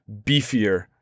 beefier